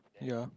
ya